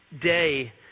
day